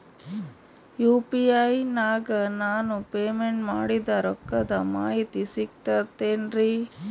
UPI ನಾಗ ನಾನು payment ಮಾಡಿದ ರೊಕ್ಕದ ಮಾಹಿತಿ ಸಿಕ್ತಾತೇನ್ರೀ?